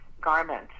garment